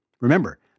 Remember